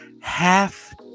Half